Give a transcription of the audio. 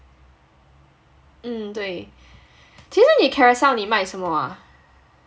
mm 对其实你 Carousell 你卖什么 ah